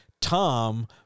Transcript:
Tom